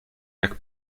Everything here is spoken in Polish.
jak